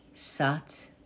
Sat